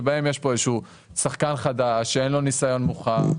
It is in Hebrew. שבהם יש פה איזה שהוא שחקן חדש שאין לו ניסיון מוכח,